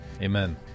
Amen